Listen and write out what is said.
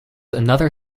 another